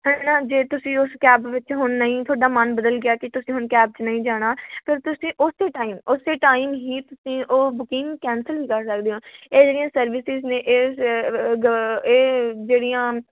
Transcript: ਹੈ ਨਾ ਜੇ ਤੁਸੀਂ ਉਸ ਕੈਬ ਵਿੱਚ ਹੁਣ ਨਹੀਂ ਤੁਹਾਡਾ ਮਨ ਬਦਲ ਗਿਆ ਕਿ ਤੁਸੀਂ ਹੁਣ ਕੈਬ 'ਚ ਨਹੀਂ ਜਾਣਾ ਫਿਰ ਤੁਸੀਂ ਓਸੇ ਟਾਈਮ ਓਸੇ ਟਾਈਮ ਹੀ ਤੁਸੀਂ ਉਹ ਬੁਕਿੰਗ ਕੈਂਸਲ ਵੀ ਕਰ ਸਕਦੇ ਹੋ ਇਹ ਜਿਹੜੀਆਂ ਸਰਵਿਸਿਜ ਨੇ ਇਹ ਇਹ ਜਿਹੜੀਆਂ